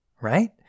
right